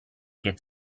get